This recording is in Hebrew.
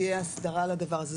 תהיה הסדרה לדבר הזה.